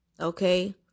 okay